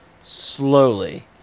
slowly